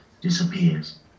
disappears